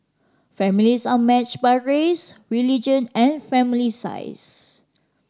families are matched by race religion and family size